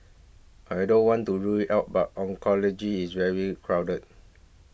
I don't want to rule it out but oncology is very crowded